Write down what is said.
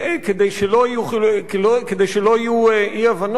כדי שלא יהיו אי-הבנות,